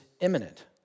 imminent